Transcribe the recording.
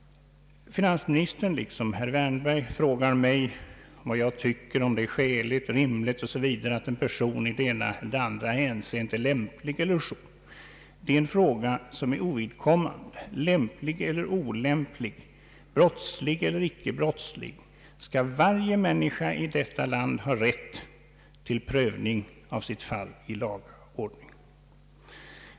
Finansministern liksom herr Wärnberg frågar mig om jag tycker det ena eller andra är skäligt och rimligt, om en person i det ena eller andra hänseendet är lämplig o. s. v. Det är en fråga som är ovidkommande. För lämplig eller olämplig, brottslig eller icke brottslig, skall varje människa i detta land ha rätt till prövning av sitt fall i laga ordning.